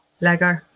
lego